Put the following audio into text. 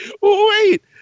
wait